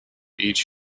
each